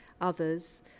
others